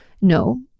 No